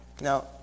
Now